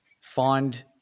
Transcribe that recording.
find